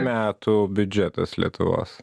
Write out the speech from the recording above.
metų biudžetas lietuvos